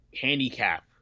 handicap